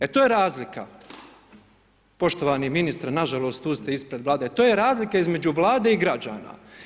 E to je razlika, poštovani ministre, nažalost, tu ste ispred vlade, to je razlika između vlade i građana.